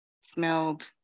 smelled